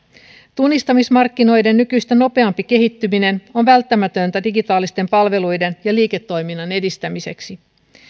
tunnistamismarkkinoiden nykyistä nopeampi kehittyminen on välttämätöntä digitaalisten palveluiden ja liiketoiminnan edistämiseksi